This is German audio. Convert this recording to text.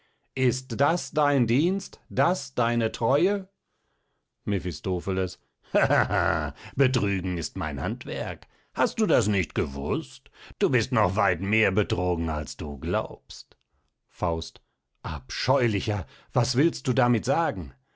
ist das dein dienst das deine treue mephistopheles hahaha betrügen ist mein handwerk hast du das nicht gewust du bist noch weit mehr betrogen als du glaubst faust abscheulicher was willst du damit sagen